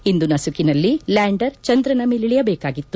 ಇಂದು ನಸುಕಿನಲ್ಲಿ ಲ್ಯಾಂಡರ್ ಚಂದ್ರನ ಮೇಲಿಳಿಯಬೇಕಾಗಿತ್ತು